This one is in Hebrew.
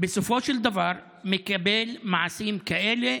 בסופו של דבר מקבל מעשים כאלה,